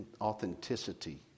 authenticity